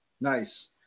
Nice